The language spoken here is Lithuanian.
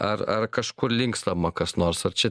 ar ar kažkur linkstama kas nors ar čia